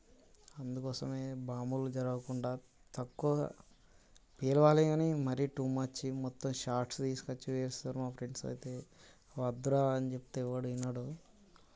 అందుకోసం బాంబులు జరగకుండా తక్కువగా పేల్చాలి కానీ మరీ టూ మచ్ మొత్తం షార్ట్స్ తీసుకొచ్చి చేస్తారు మరి మా ఫ్రెండ్స్ అయితే వద్దురా అని చెప్తే కూడా వినడు